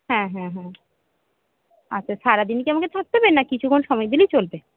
হ্যাঁ হ্যাঁ হ্যাঁ আচ্ছা সারাদিন কী আমাকে থাকতে হবে না কিছুক্ষণ সময় দিলেই চলবে